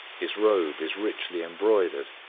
his robe is richly embroidered,